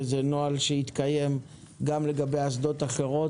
זה נוהל שהתקיים גם לגבי אסדות אחרות,